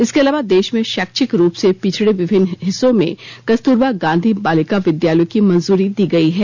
इसके अलावा देश में शैक्षिक रूप से पिछड़े विभिन्न हिस्सों में कस्तूरबा गांधी बालिका विद्यालयों को मंजूरी दी गई है